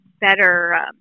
better